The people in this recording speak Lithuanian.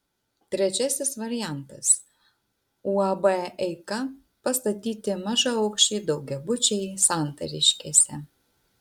trečiasis variantas uab eika pastatyti mažaaukščiai daugiabučiai santariškėse